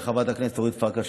חברת הכנסת אורית פרקש הכהן,